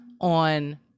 on